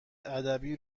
ادبی